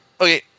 Okay